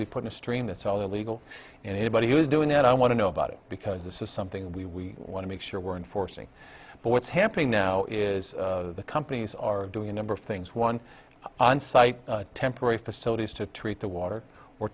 me put in a stream that's all illegal and anybody who is doing that i want to know about it because this is something we want to make sure we're enforcing but what's happening now is the companies are doing a number of things one onsite temporary facilities to treat the water or